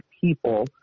people